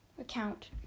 account